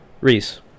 Reese